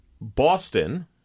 Boston